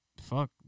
fuck